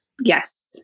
Yes